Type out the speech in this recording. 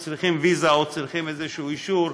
כשאנחנו צריכים ויזה או צריכים איזשהו אישור,